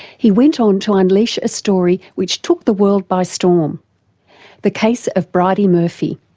he went on to unleash a story which took the world by storm the case of bridey murphy.